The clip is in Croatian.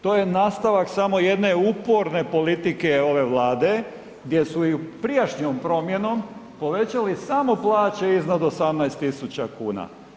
To je nastavak samo jedne uporne politike ove Vlade gdje su i prijašnjom promjenom povećali samo plaće iznad 18.000 kuna.